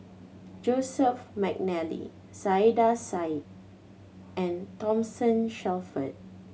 Joseph McNally Saiedah Said and Thomason Shelford